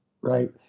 right